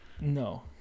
No